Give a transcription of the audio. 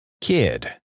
Kid